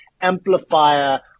amplifier